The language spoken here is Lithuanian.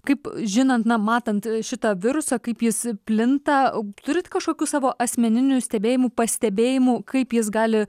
kaip žinant na matant šitą virusą kaip jis plinta turit kažkokių savo asmeninių stebėjimų pastebėjimų kaip jis gali